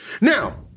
Now